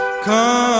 Come